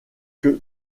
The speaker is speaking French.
que